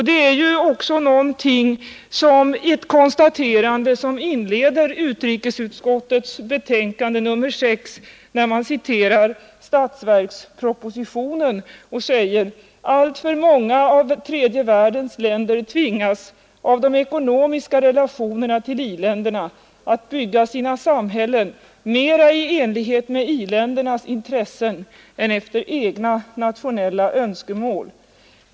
Det är också ett konstaterande som inleder utrikesutskottets betänkande nr 6, där man citerar statsverkspropositionen och säger: ”Alltför många av tredje världens länder tvingas av de ekonomiska relationerna till i-länderna att bygga sina samhällen mera i enlighet med i-ländernas intressen än efter egna nationella önskemål.